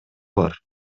бар